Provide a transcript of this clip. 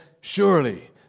surely